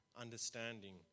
understanding